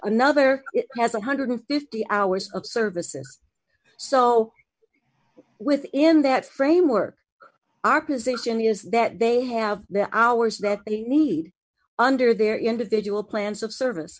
another has one hundred and fifty hours of service and so within that framework our position is that they have the hours that they need under their individual plans of service